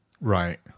Right